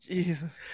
Jesus